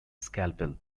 scalpel